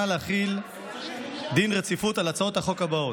להחיל דין רציפות על הצעות החוק הבאות: